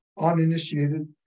uninitiated